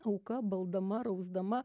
auka baldama rausdama